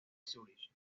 zúrich